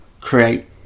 create